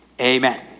Amen